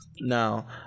Now